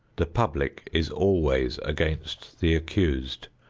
the public is always against the accused.